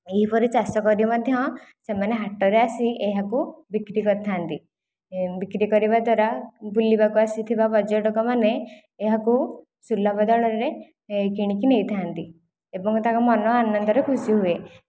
ଏହିପରି ଚାଷ କରି ମଧ୍ୟ ସେମାନେ ହାଟରେ ଆସି ଏହାକୁ ବିକ୍ରି କରିଥାନ୍ତି ବିକ୍ରି କରିବା ଦ୍ଵାରା ବୁଲିବାକୁ ଆସିଥିବା ପର୍ଯ୍ୟଟକମାନେ ଏହାକୁ ସୁଲଭ ଦଳରେ ଏ କିଣିକି ନେଇଥାନ୍ତି ଏବଂ ତାଙ୍କ ମନ ଆନନ୍ଦରେ ଖୁସି ହୁଏ